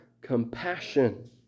compassion